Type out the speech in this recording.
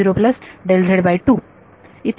तर हे आहे आपले